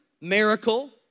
miracle